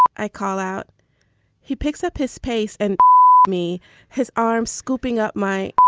i call out he picks up his pace and me his arm scooping up my.